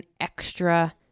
extra